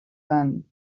and